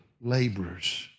laborers